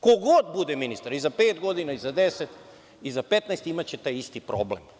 Ko god bude ministar i za pet godina i za 10 i za 15 imaće taj isti problem.